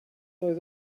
oedd